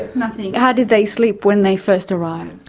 nothing. how did they sleep when they first arrived?